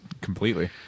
Completely